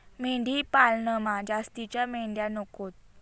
मेंढी पालनमा जास्तीन्या मेंढ्या नकोत